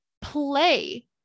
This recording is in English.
play